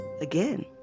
again